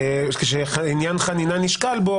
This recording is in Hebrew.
ואז ממילא חזקת המסירה תהיה פחות טובה,